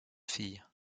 fille